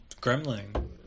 Gremlin